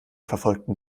verfolgten